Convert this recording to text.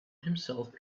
himself